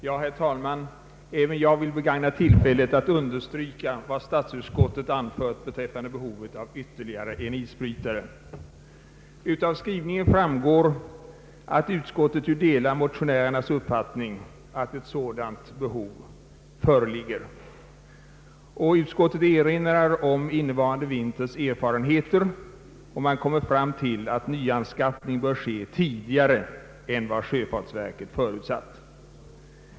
Herr talman! Även jag vill begagna tillfället att understryka vad statsutskottet anför beträffande behovet av ytterligare en isbrytare. Av skrivningen framgår ju att utskottet delar motionärernas uppfattning att ett sådant behov föreligger. Utskottet erinrar om innevarande vinters erfarenheter och kommer fram till att nyanskaffning bör ske tidigare än vad sjöfartsverket förutsatt.